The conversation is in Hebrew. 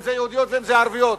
אם זה יהודיות ואם זה ערביות.